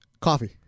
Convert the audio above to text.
Coffee